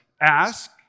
ask